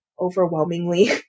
overwhelmingly